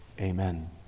Amen